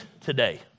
today